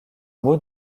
mot